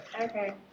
Okay